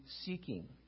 seeking